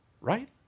Right